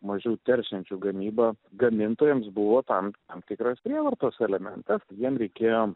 mažiau teršiančių gamyba gamintojams buvo tam tam tikras prievartos elementas jiem reikėjo